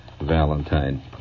Valentine